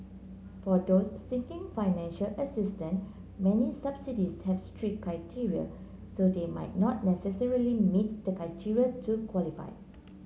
for those seeking financial assistance many subsidies have strict criteria so they might not necessarily meet the criteria to qualify